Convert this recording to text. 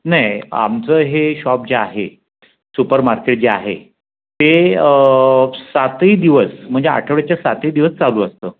नाही आमचं हे शॉप जे आहे सुपरमार्केट जे आहे ते सातही दिवस म्हणजे आठवड्याच्या सातही दिवस चालू असतं